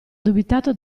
dubitato